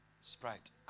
Sprite